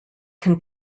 can